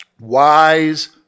wise